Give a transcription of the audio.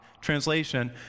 Translation